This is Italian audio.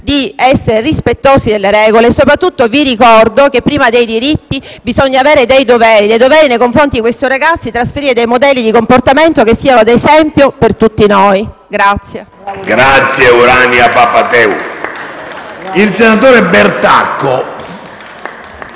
ad essere rispettosi delle regole. Soprattutto, vi ricordo che, prima dei diritti, bisogna avere dei doveri nei confronti di questi ragazzi, trasferendo loro dei modelli di comportamento che siano d'esempio anche per tutti noi.